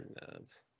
nuts